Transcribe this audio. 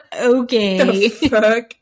Okay